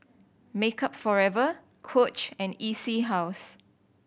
Makeup Forever Coach and E C House